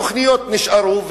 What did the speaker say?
התוכניות נשארו,